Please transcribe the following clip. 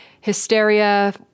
hysteria